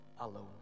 alone